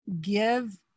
give